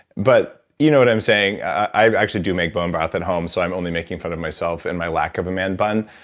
but you know what i'm saying? i actually do make bone broth at home, so i'm only making fun of myself, and my lack of a man bun.